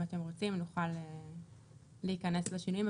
אם אתם רוצים נוכל להיכנס לשינויים,